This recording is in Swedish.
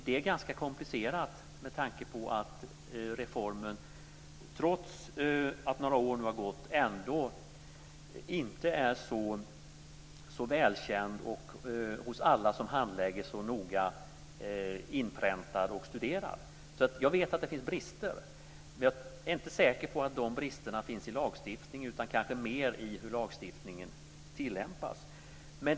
Det är ganska komplicerat med tanke på att reformen trots att några år nu har gått ändå inte är så välkänd och inte så noga inpräntad och studerad hos alla som handlägger. Jag vet att det finns brister, men jag är inte säker på att de bristerna finns i lagstiftningen. De kanske mer finns i hur lagstiftningen tillämpas.